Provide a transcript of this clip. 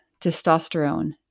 testosterone